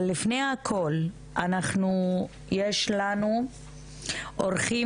אבל לפני הכל, יש לנו אורחים